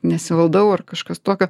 nesivaldau ar kažkas tokio